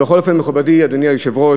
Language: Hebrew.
אבל בכל אופן, מכובדי, אדוני היושב-ראש,